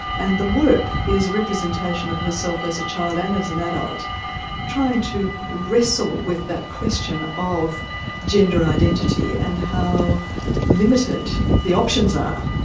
and the work is a representation of herself as a child and as an adult trying to wrestle with that question of gender identity and how limited the options are.